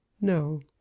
no